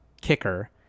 kicker